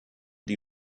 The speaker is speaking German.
die